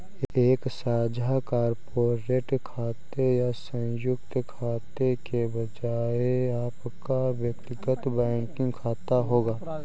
एक साझा कॉर्पोरेट खाते या संयुक्त खाते के बजाय आपका व्यक्तिगत बैंकिंग खाता होगा